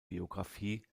biografie